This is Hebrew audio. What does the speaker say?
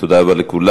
תודה רבה לכולם.